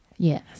Yes